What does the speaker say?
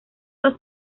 los